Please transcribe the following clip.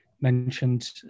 mentioned